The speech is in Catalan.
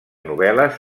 novel·les